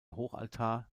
hochaltar